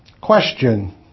Question